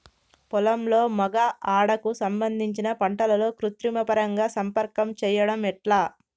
పొలంలో మగ ఆడ కు సంబంధించిన పంటలలో కృత్రిమ పరంగా సంపర్కం చెయ్యడం ఎట్ల?